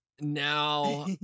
Now